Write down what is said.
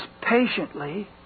patiently